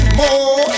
more